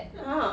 ah